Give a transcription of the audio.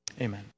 Amen